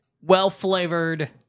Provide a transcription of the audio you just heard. well-flavored